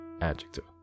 Adjective